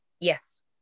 Yes